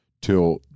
till